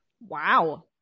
Wow